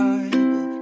Bible